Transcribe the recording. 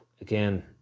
again